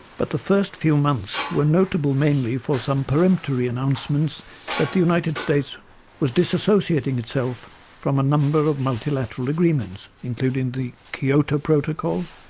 but the first few months were notable mainly for some peremptory announcements that the united states was disassociating itself from a number of multilateral agreements, including the kyoto protocol,